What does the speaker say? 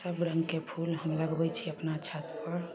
सब रङ्गके फूल हम लगबय छी अपना छतपर